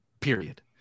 period